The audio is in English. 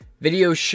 Video